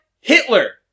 Hitler